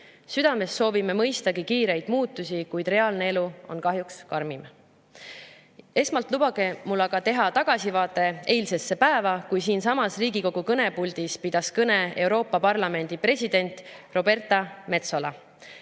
Südames soovime mõistagi kiireid muutusi, kuid reaalne elu on kahjuks karmim. Esmalt lubage mul aga teha tagasivaade eilsesse päeva, kui siinsamas Riigikogu kõnepuldis pidas kõne Euroopa Parlamendi president Roberta Metsola.